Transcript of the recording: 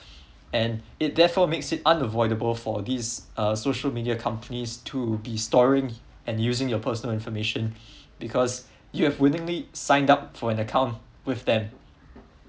and it therefore makes it unavoidable for these uh social media companies to be storing and using your personal information because you have willingly sign up for an account with them